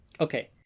Okay